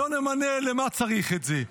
לא נמנה, למה צריך את זה?